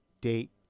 date